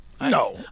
No